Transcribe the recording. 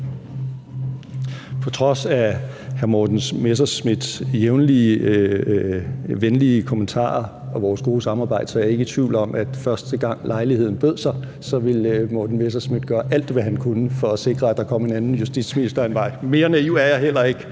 På trods af hr. Morten Messerschmidts jævnlige venlige kommentarer og vores gode samarbejde er jeg ikke i tvivl om, at første gang lejligheden bød sig, ville hr. Morten Messerschmidt gøre alt, hvad han kunne for at sikre, at der kom en anden justitsminister end mig – mere naiv er jeg heller ikke.